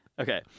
okay